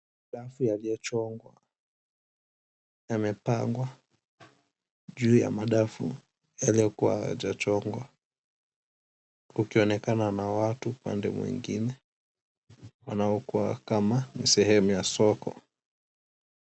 Madafu yaliyochongwa yamepangwa juu ya madafu yaliyokuwa yajachongwa, kukionekana na watu pande ingine wanaokea kama ni sehemu ya soko.